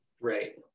Right